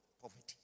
poverty